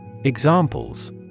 Examples